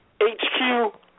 HQ